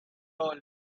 all